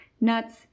nuts